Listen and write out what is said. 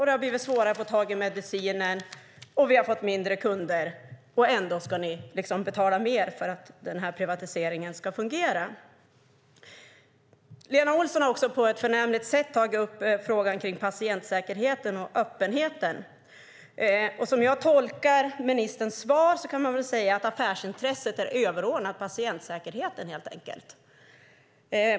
Det har blivit svårare att få tag i sin medicin. Vi har fått färre kunder. Ändå ska ni betala mer för att den här privatiseringen ska fungera. Lena Olsson har på ett förnämligt sätt tagit upp patientsäkerheten och öppenheten. Som jag tolkar ministerns svar kan man väl säga att affärsintresset helt enkelt är överordnat patientsäkerheten.